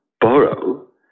borrow